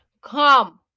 Come